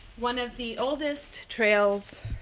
one of the oldest trails